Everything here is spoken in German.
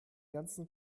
ganzen